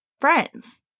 friends